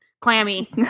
clammy